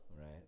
right